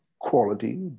quality